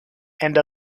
and